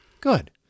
good